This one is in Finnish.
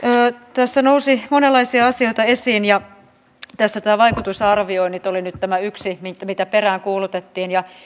tässä nousi monenlaisia asioita esiin ja nämä vaikutusarvioinnit olivat nyt yksi mitä mitä peräänkuulutettiin ja